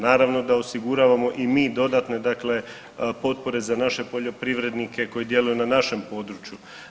Naravno da osiguravamo i mi dodatne dakle potpore za naše poljoprivrednike koji djeluju na našem području.